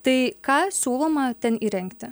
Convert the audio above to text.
tai ką siūloma ten įrengti